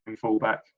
fullback